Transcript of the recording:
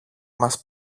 μας